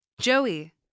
Joey